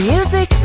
Music